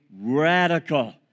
radical